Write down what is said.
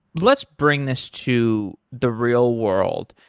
let's bring this to the real world.